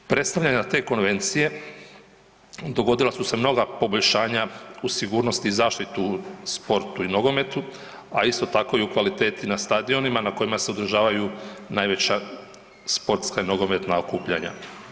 Od predstavljanja te Konvencije dogodila su se mnoga poboljšanja uz sigurnost i zaštitu u sportu i nogometu, a isto tako u kvaliteti na stadionima na kojima se održavaju najveća sportska nogometna okupljanja.